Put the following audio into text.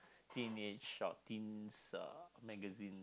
teenage teens uh magazine